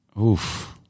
Oof